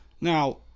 Now